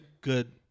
good